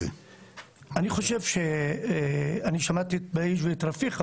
אני שמעתי את בהיג' ואת רפיק,